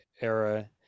era